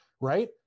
right